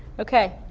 ok,